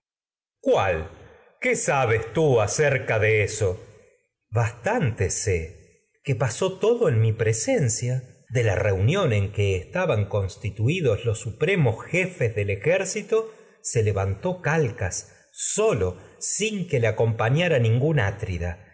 cuál qué sabes tú de eso mensajero sencia de la bastante sé que pasó todo en mi pre reunión en que estaban constituidos los supremos jefes del ejército se levantó y calcas sólo su sin que tra le acompañara ningún atrida